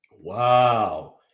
Wow